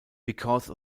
because